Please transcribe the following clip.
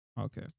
Okay